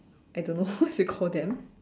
I don't know we call them